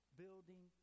building